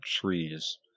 trees